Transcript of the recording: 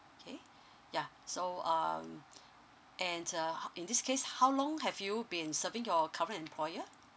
okay ya so um and uh ho~ in this case how long have you been serving your current employer